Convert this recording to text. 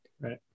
right